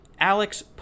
Alex